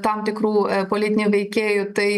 tam tikrų politinių veikėjų tai